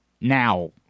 now